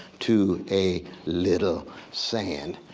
to a little sand.